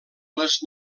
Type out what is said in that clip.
les